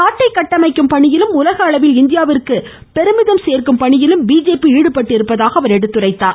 நாட்டை கட்டமைக்கும் பணியிலும் உலக அளவில் இந்தியாவிற்கு பெருமிதம் சோ்க்கும் பணியில் பிஜேபி ஈடுபட்டிருப்பதாக கூறினார்